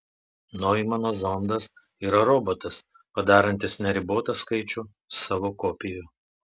noimano zondas yra robotas padarantis neribotą skaičių savo kopijų